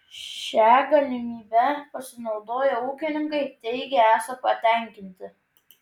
šia galimybe pasinaudoję ūkininkai teigia esą patenkinti